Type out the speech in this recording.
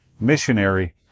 missionary